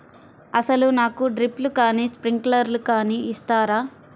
అసలు నాకు డ్రిప్లు కానీ స్ప్రింక్లర్ కానీ ఇస్తారా?